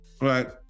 Right